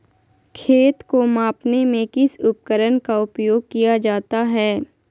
खेत को मापने में किस उपकरण का उपयोग किया जाता है?